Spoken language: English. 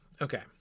Okay